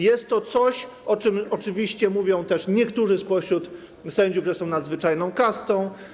Jest i coś, o czym oczywiście mówią też niektórzy spośród sędziów - że są nadzwyczajną kastą.